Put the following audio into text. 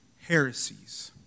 heresies